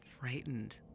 frightened